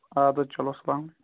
آدٕ حظ چلو